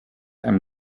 einem